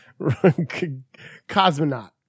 cosmonaut